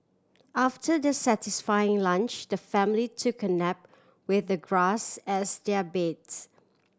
after their satisfying lunch the family took a nap with the grass as their beds